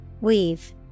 Weave